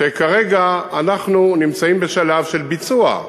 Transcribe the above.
וכרגע אנחנו נמצאים בשלב של ביצוע,